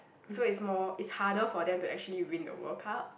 so it's more it's harder for them to actually win the World-Cup